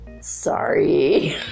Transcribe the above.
sorry